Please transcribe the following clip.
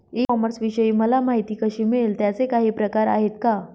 E कॉमर्सविषयी मला माहिती कशी मिळेल? त्याचे काही प्रकार आहेत का?